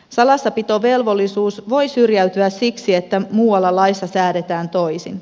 salassapitovelvollisuus voi syrjäytyä siksi että muualla laissa säädetään toisin